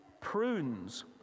prunes